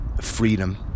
freedom